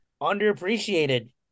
underappreciated